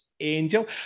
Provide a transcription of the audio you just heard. Angel